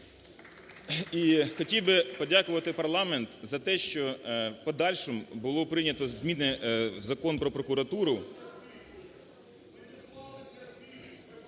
І хотів би подякувати парламент за те, що в подальшому було прийнято зміни в Закон "Про прокуратуру"…